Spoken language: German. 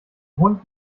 hund